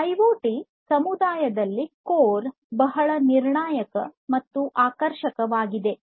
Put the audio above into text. IoT ಸಮುದಾಯದಲ್ಲಿ core ಬಹಳ ನಿರ್ಣಾಯಕ ಮತ್ತು ಆಕರ್ಷಕವಾಗಿದೆ